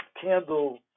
candle